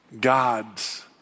God's